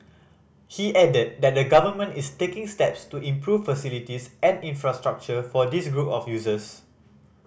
he added that the Government is taking steps to improve facilities and infrastructure for this group of users